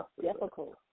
difficult